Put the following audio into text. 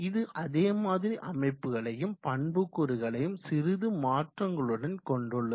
இது அதே மாதிரி அமைப்புகளையும் பண்புக்கூறுகளையும் சிறிது மாற்றங்களுடன் கொண்டுள்ளது